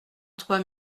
trois